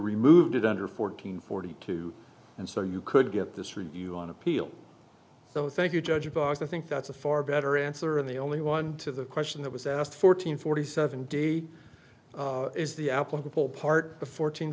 removed it under fourteen forty two and so you could get this review on appeal so thank you judge abbas i think that's a far better answer and the only one to the question that was asked fourteen forty seven d is the applicable part of fourteen